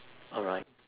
alright